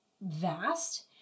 vast